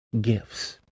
Gifts